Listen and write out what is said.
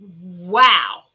Wow